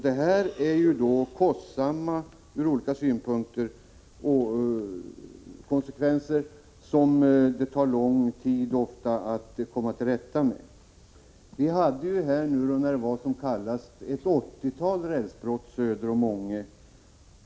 Detta är från olika utgångspunkter kostsamt och får konsekvenser som det ofta tar lång tid att komma till rätta med. När det var som kallast hade vi ett åttiotal rälsbrott söder om Ånge.